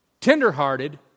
tender-hearted